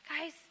guys